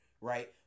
right